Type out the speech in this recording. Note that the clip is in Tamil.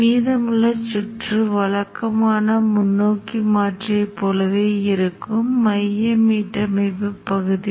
இப்போது அதன் பிறகு முடிவுகளின் காட்சிக்கு நான் இந்த மாதிரி முனைகளை அடையாளம் சொல்கிறேன் எனவே உங்களிடம் முனை A உள்ளது இது முனை Q ஆகும்